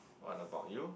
what about you